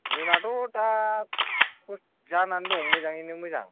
जोंनाथ' दा ख जानानै दं मोजाङैनो मोजां